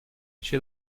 she